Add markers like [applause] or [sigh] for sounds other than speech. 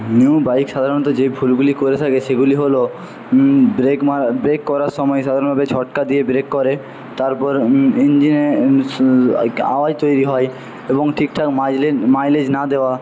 new bike সাধারণত যে ভুলগুলি করে থাকে সেগুলি হল ব্রেক মারা ব্রেক করার সময় সাধারণভাবে ঝটকা দিয়ে ব্রেক করে তারপর ইঞ্জিনে আওয়াজ তৈরি হয় এবং ঠিকঠাক [unintelligible] মাইলেজ না দেওয়া